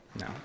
No